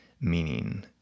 meaning